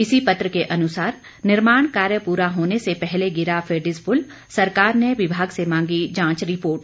इसी पत्र के अनुसार निर्माण कार्य पूरा होने से पहले गिरा फेडिज पुल सरकार ने विभाग से मांगी जांच रिपोर्ट